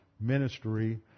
ministry